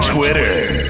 Twitter